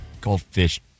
Goldfish